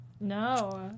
No